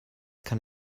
kann